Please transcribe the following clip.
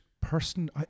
person